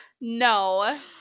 No